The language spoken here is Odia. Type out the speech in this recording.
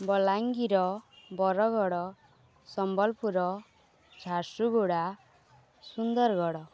ବଲାଙ୍ଗୀର ବରଗଡ଼ ସମ୍ବଲପୁର ଝାରସୁଗୁଡ଼ା ସୁନ୍ଦରଗଡ଼